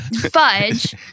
fudge